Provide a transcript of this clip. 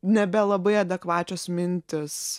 nebelabai adekvačios mintys